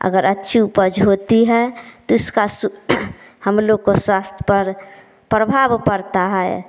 अगर अच्छी उपज होती है तो इसका सु हम लोग के स्वस्थ पर प्रभाव पड़ता है